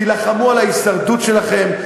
תילחמו על ההישרדות שלכם,